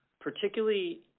particularly